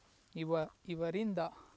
ಇವ ಇವರಿಂದ